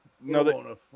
No